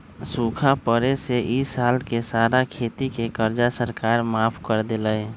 सूखा पड़े से ई साल के सारा खेती के कर्जा सरकार माफ कर देलई